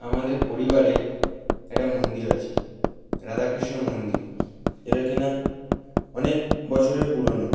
আমাদের পরিবারে একটা মন্দির আছে রাধাকৃষ্ণ মন্দির যেটা কি না অনেক বছরের পুরোনো